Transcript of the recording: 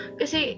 kasi